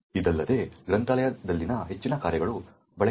ಇದಲ್ಲದೆ ಗ್ರಂಥಾಲಯದಲ್ಲಿನ ಹೆಚ್ಚಿನ ಕಾರ್ಯಗಳು ಬಳಕೆಯಾಗಿಲ್ಲ